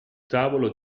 tavolo